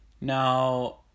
Now